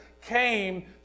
came